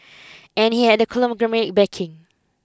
and he had the conglomerate's backing